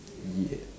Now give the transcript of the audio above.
yeah